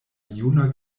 juna